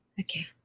Okay